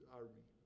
army